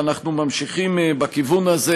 ואנחנו ממשיכים בכיוון הזה,